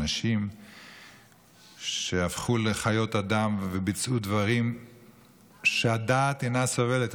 אנשים שהפכו לחיות אדם וביצעו דברים שהדעת אינה סובלת.